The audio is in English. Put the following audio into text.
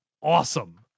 awesome